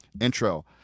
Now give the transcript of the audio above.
intro